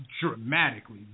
dramatically